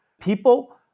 People